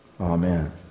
amen